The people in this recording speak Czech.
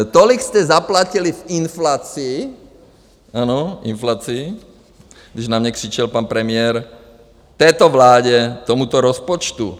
Tolik jste zaplatili v inflaci, ano, když na mě křičel pan premiér, této vládě, tomuto rozpočtu.